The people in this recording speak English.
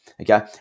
okay